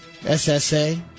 SSA